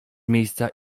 miejsca